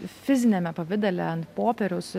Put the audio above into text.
fiziniame pavidale ant popieriaus